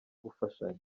gufashanya